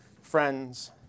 friends